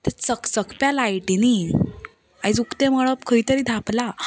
ते चकचकप्या लायटींनी आयज उकतें मळब खंय तरी धांपलां